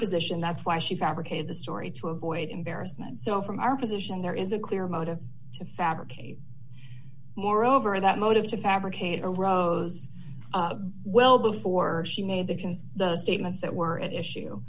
position that's why she fabricated the story to avoid embarrassment so from our position there is a clear motive to fabricate moreover that motive to fabricate a rose well before she made the can the statements that were at